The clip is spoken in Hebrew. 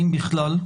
אם בכלל.